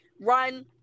Run